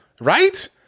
right